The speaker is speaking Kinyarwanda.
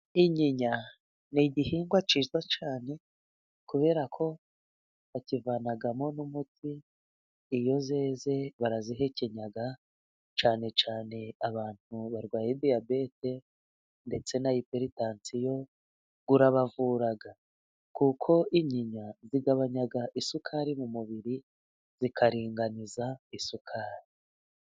Inyinya ni igihingwa cyiza cyane kuberako bakivanamo n'umuti, iyo zeze barazihekenya cyane cyane abantu barwaye diyabete ndetse na iperitansiyo urabavura, kuko inyinya zigabanya isukari mu mubiri zikaringaniza isukari.